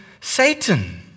Satan